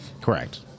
Correct